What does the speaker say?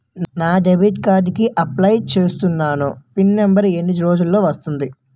నా debit card కి apply చూసాను పిన్ నంబర్ ఎన్ని రోజుల్లో వస్తుంది?